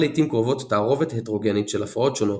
לעיתים קרובות "תערובת הטרוגנית" של הפרעות שונות,